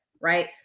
right